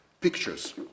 pictures